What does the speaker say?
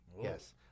Yes